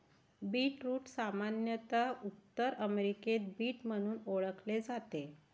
beetroot सामान्यत उत्तर अमेरिकेत बीट म्हणून ओळखले जाते